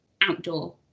outdoor